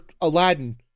aladdin